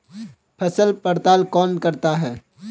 फसल पड़ताल कौन करता है?